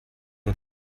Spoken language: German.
nur